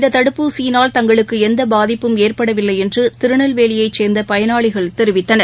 இந்ததடுப்பூசியினால் தங்களுக்குஎந்தபாதிப்பும் ஏற்படவில்லைஎன்றுதிருநெல்வேலியைச் சேர்ந்தபயனாளிகள் தெரிவித்தனர்